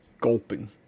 gulping